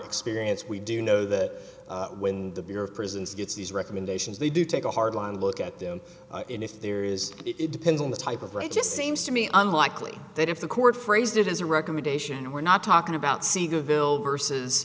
experience we do know that when the bureau of prisons gets these recommendations they do take a hard line look at them and if there is it depends on the type of rate just seems to me unlikely that if the court phrased it as a recommendation we're not talking about sega ville versus